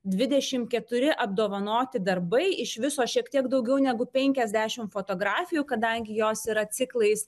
dvidešim keturi apdovanoti darbai iš viso šiek tiek daugiau negu penkiasdešim fotografijų kadangi jos yra ciklais